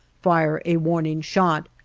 fire a warning shot,